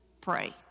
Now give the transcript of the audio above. pray